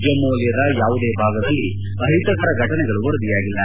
ಜಮ್ನು ವಲಯದ ಯಾವುದೇ ಭಾಗದಲ್ಲಿ ಅಹಿತಕರ ಘಟನೆಗಳು ವರದಿಯಾಗಿಲ್ಲ